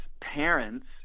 parents